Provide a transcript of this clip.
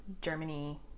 germany